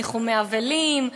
בניחומי אבלים,